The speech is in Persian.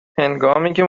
هنگامیکه